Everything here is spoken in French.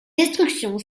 destruction